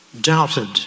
doubted